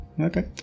Okay